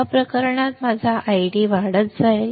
या प्रकरणात माझा आयडी वाढत जाईल